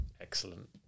excellent